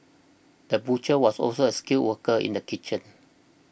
the butcher was also a skilled worker in the kitchen